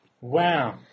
Wow